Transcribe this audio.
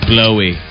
Blowy